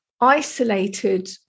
isolated